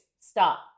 stop